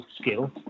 skill